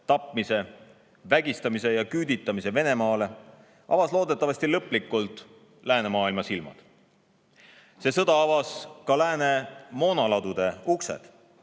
tapmise, vägistamise ja Venemaale küüditamise näol avas loodetavasti lõplikult läänemaailma silmad. See sõda avas ka lääne moonaladude uksed,